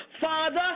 father